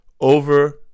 over